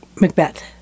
Macbeth